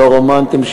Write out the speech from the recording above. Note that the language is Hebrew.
לא רומנטיים,